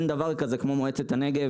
תאמין לי, מה שאתה כתבת במחקר,